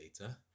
later